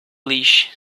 leash